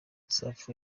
safi